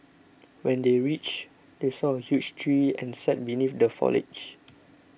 when they reached they saw a huge tree and sat beneath the foliage